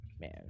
man